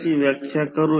1 आणि Xe 0